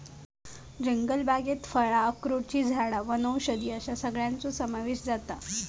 जंगलबागेत फळां, अक्रोडची झाडां वनौषधी असो सगळ्याचो समावेश जाता